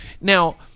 Now